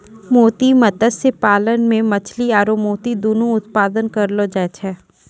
मोती मत्स्य पालन मे मछली आरु मोती दुनु उत्पादन करलो जाय छै